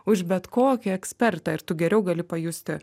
už bet kokį ekspertą ir tu geriau gali pajusti